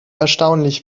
erstaunlich